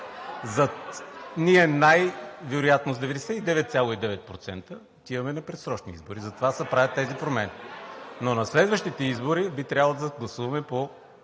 Ние най-вероятно – с 99,9%, отиваме на предсрочни избори, затова се правят тези промени. Но на следващите избори би трябвало да гласуваме по